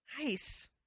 Nice